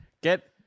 get